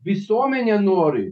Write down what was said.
visuomenė nori